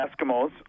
Eskimos